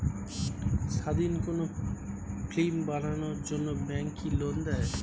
স্বাধীন কোনো ফিল্ম বানানোর জন্য ব্যাঙ্ক কি লোন দেয়?